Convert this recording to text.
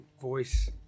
voice